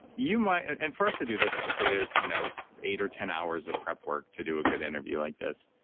you might. and for us to do this, okay, there's you know eight or ten hours of prep work to do a good interview like this.